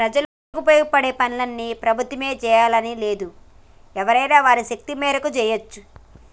ప్రజలకు ఉపయోగపడే పనుల్ని ప్రభుత్వమే జెయ్యాలని లేదు ఎవరైనా వారి శక్తి మేరకు జెయ్యచ్చు